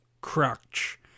crutch